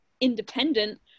independent